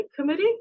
Committee